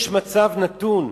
יש מצב נתון,